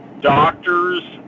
doctors